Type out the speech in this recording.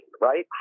right